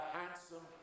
handsome